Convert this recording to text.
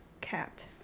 Cat